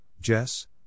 Jess